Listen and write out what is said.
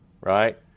right